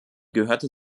gehörte